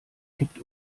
kippt